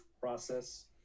process